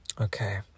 Okay